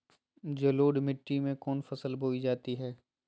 जलोढ़ मिट्टी में कौन फसल बोई जाती हैं?